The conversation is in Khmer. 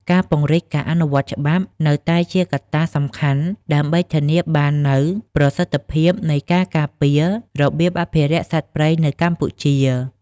ការពង្រឹងការអនុវត្តច្បាប់នៅតែជាកត្តាសំខាន់ដើម្បីធានាបាននូវប្រសិទ្ធភាពនៃការការពាររបៀងអភិរក្សសត្វព្រៃនៅកម្ពុជា។